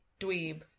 dweeb